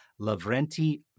Lavrenti